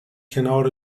کنار